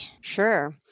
Sure